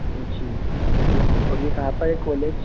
जी और ये कहाँ पर है कॉलेज